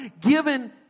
given